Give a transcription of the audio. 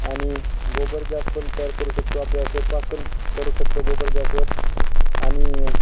आणि गोबर गॅस पण तयार करू शकतो आपल्या स्वयंपाक पण करू शकतो गोबर गॅसवर आणि